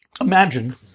Imagine